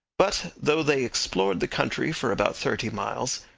but, though they explored the country for about thirty miles,